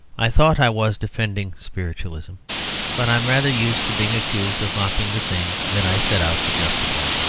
i thought i was defending spiritualism but i am rather used to being accused of mocking the thing that i set out to justify.